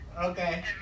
Okay